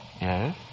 Yes